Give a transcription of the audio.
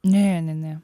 ne ne ne